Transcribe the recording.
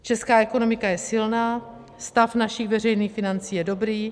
Česká ekonomika je silná, stav našich veřejných financí je dobrý.